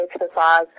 exercise